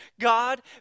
God